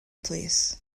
plîs